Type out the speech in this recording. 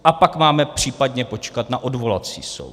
A pak máme případně počkat na odvolací soud.